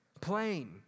Plain